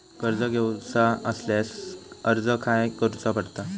कर्ज घेऊचा असल्यास अर्ज खाय करूचो पडता?